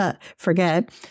forget